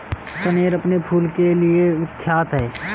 कनेर अपने फूल के लिए विख्यात है